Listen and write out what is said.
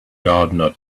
gardener